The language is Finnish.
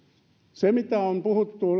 se mitä on puhuttu